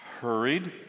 hurried